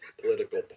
political